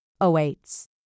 awaits